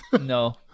No